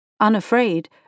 Unafraid